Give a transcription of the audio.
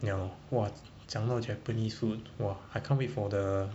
yah lor !wah! 讲到 japanese food !wah! I can't wait for the